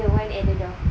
the one at the door